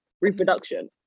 reproduction